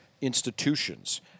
institutions